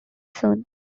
soon